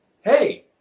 hey